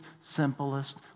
simplest